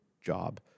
job